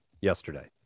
yesterday